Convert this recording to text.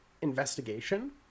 investigation